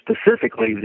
specifically